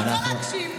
רוצה להקשיב,